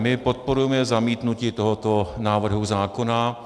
My podporujeme zamítnutí tohoto návrhu zákona.